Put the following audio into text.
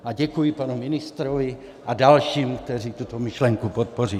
A děkuji panu ministrovi a dalším, kteří tuto myšlenku podpoří.